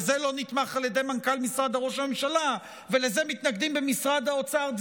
וזה לא נתמך על ידי מנכ"ל משרד ראש הממשלה ולזה מתנגדים במשרד האוצר,